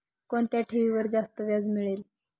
कोणत्या ठेवीवर जास्त व्याज मिळेल?